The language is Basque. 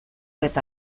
eta